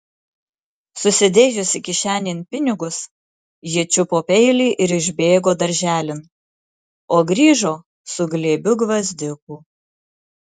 susidėjusi kišenėn pinigus ji čiupo peilį ir išbėgo darželin o grįžo su glėbiu gvazdikų